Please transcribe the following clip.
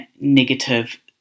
negative